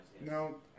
No